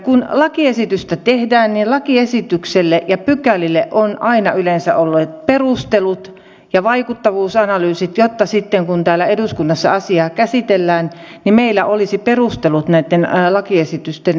kun lakiesitystä tehdään niin lakiesitykselle ja pykälille on aina yleensä ollut perustelut ja vaikuttavuusanalyysit jotta sitten kun täällä eduskunnassa asiaa käsitellään meillä olisi perustelut näitten lakiesitysten hyväksynnälle